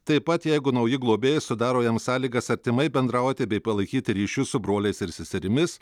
taip pat jeigu nauji globėjai sudaro jam sąlygas artimai bendrauti bei palaikyti ryšius su broliais ir seserimis